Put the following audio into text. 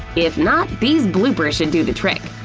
if not, these bloopers should do the trick!